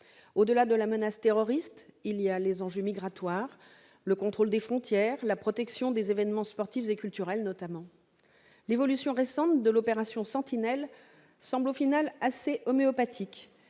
Au-delà de la menace terroriste, il y a les enjeux migratoires, le contrôle des frontières, la protection des événements sportifs et culturels notamment. L'évolution récente de l'opération Sentinelle semble au final assez homéopathique